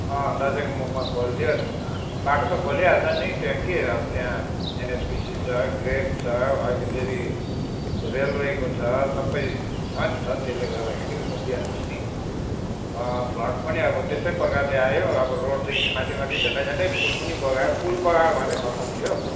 दसैँको मुखमा खोलिदियो बाटो त खोलिहाल्छ नि त्यहाँ के अब त्यहाँ एनएचपिसी छ ग्रेफ छ अहिले फेरि रेलवेको छ सबै छ नि त त्यसले गर्दाखेरि खोलिदिइहाल्छ नि फ्लड पनि अब त्यस्तै प्रकारले आयो अब रोडदेखि माथि माथि झन्डै झन्डै पुल पनि बगायो पुल बगाएको भए चाहिँ खत्तम थियो